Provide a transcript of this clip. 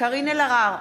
קארין אלהרר,